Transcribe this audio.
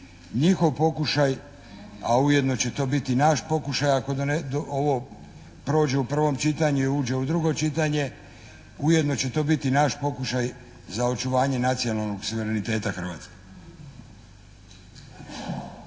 njihov pokušaj, a ujedno će to biti naš pokušaj ako ovo prođe u prvom čitanju i uđe u drugo čitanje. Ujedno će to biti naš pokušaj za očuvanje nacionalnog suvereniteta Hrvatske.